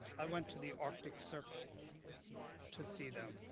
i went to the arctic circle to see them.